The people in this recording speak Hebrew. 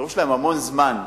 דרוש להם המון זמן.